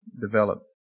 develop